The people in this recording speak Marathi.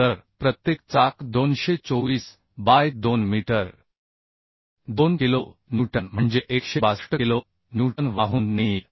तर प्रत्येक चाक 224 बाय 2 मीटर 2 किलो न्यूटन म्हणजे 162 किलो न्यूटन वाहून नेईल